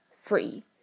free